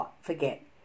forget